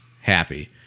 happy